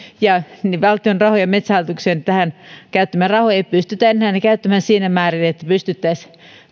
ja valtion rahoja ja metsähallituksen tähän käyttämiä rahoja ei pystytä enää käyttämään siinä määrin että pystyttäisiin